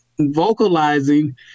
vocalizing